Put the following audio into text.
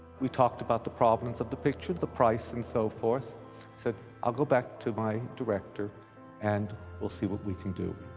we talked about the problems of the picture, the price and so forth. i said i'll go back to my director and we'll see what we can do.